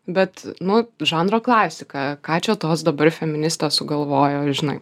bet nu žanro klasika ką čia tos dabar feministės sugalvojo žinai